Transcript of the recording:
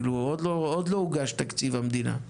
עוד לא הוגש תקציב המדינה,